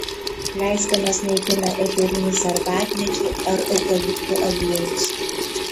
pleiskanas naikina eterinis arbatmedžių ar eukaliptų aliejus